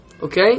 Okay